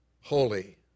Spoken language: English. holy